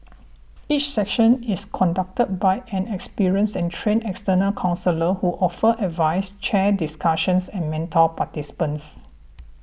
each session is conducted by an experienced and trained external counsellor who offers advice chairs discussions and mentors participants